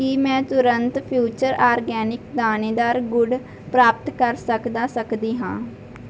ਕੀ ਮੈਂ ਤੁਰੰਤ future organic ਦਾਣੇਦਾਰ ਗੁੜ ਪ੍ਰਾਪਤ ਕਰ ਸਕਦਾ ਸਕਦੀ ਹਾਂ